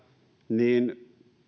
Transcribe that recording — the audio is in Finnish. niin